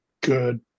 good